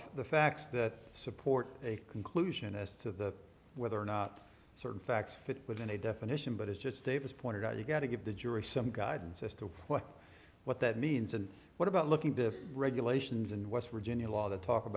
that the facts that support a conclusion as to whether or not certain facts fit within a definition but it's just state as pointed out you've got to give the jury some guidance as to what what that means and what about looking at the regulations and west virginia law the talk